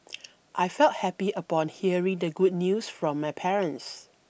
I felt happy upon hearing the good news from my parents